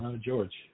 George